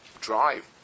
drive